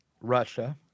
Russia